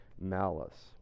malice